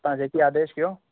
तव्हां जेकी आदेश कयो